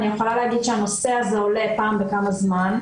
אני יכולה להגיד שהנושא הזה עולה פעם בכמה זמן,